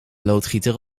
loodgieter